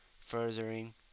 furthering